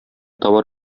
товар